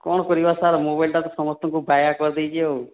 କଣ କରିବା ସାର୍ ମୋବାଇଲ୍ଟା ସମସ୍ତଙ୍କୁ ବାୟା କରି ଦେଇଛି ଆଉ